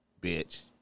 bitch